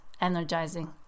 energizing